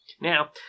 Now